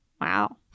Wow